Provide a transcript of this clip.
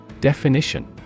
Definition